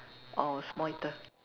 oh small eater